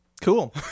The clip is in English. Cool